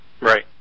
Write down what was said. Right